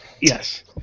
Yes